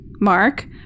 Mark